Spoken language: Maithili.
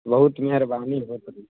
बहुत नीअर ग्रामीण भऽ सकैत छै